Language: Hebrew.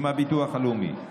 עם הביטוח הלאומי,